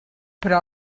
però